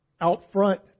out-front